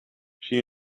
she